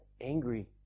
angry